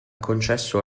concesso